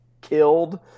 killed